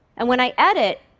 and when i edit,